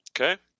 Okay